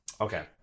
Okay